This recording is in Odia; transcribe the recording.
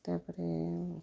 ତା'ପରେ